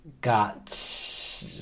got